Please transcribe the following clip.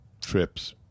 trips